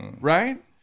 Right